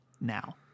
now